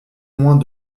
moins